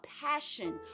passion